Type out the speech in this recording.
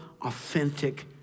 authentic